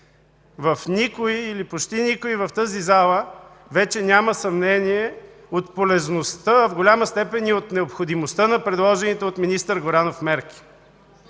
в никой или в почти никой в тази зала вече няма съмнение от полезността, а в голяма степен и от необходимостта на предложените от министър Горанов мерки.(Смях